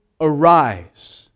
arise